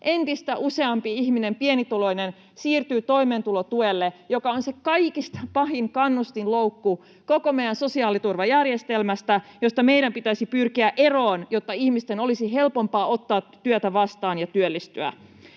entistä useampi pienituloinen ihminen siirtyy toimeentulotuelle, joka on se kaikista pahin kannustinloukku koko meidän sosiaaliturvajärjestelmässä, josta meidän pitäisi pyrkiä eroon, jotta ihmisten olisi helpompaa ottaa työtä vastaan ja työllistyä.